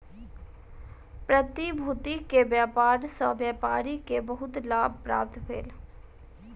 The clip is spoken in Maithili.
प्रतिभूति के व्यापार सॅ व्यापारी के बहुत लाभ प्राप्त भेल